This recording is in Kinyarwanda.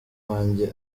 wanjye